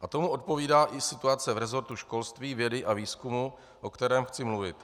A tomu odpovídá i situace v resortu školství, vědy a výzkumu, o kterém chci mluvit.